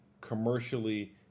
commercially